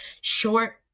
short